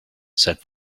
said